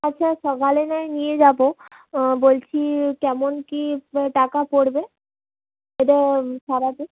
আচ্ছা সকালে নয় নিয়ে যাবো বলছি কেমন কী টাকা পড়বে এটা সারাতে